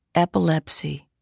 epilepsy,